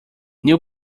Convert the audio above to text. new